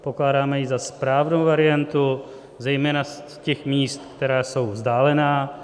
Pokládáme ji za správnou variantu zejména z těch míst, která jsou vzdálená.